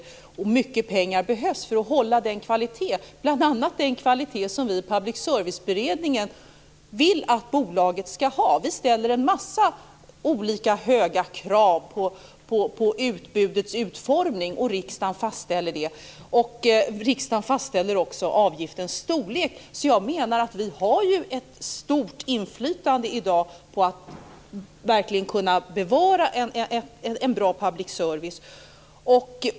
Det behövs mycket pengar för att hålla kvaliteten. Det gäller bl.a. den kvalitet som vi i Public service-beredningen vill att bolaget ska ha. Vi ställer en mängd olika höga krav på utbudets utformning, och riksdagen fastställer det. Riksdagen fastställer också avgiftens storlek. Jag menar att vi i dag har ett stort inflytande på att kunna bevara en bra public service.